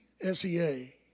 S-E-A